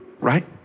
Right